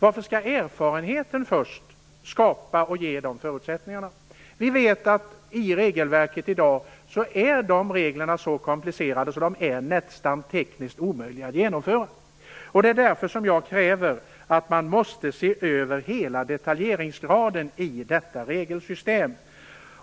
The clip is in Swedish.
Varför skall erfarenheter först skapa/ge de förutsättningarna? Reglerna i regelverket är ju i dag så komplicerade att det nästan är tekniskt omöjligt att genomföra dem. Därför kräver jag en översyn av hela detaljeringsgraden i detta regelsystem.